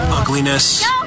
ugliness